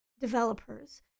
developers